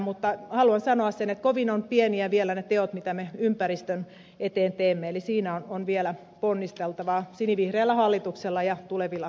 mutta haluan sanoa sen että kovin ovat pieniä vielä ne teot mitä me ympäristön eteen teemme eli siinä on vielä ponnisteltavaa sinivihreällä hallituksella ja tulevilla hallituksilla